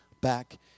back